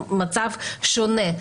מצב שונה.